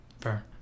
Fair